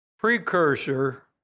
precursor